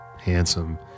handsome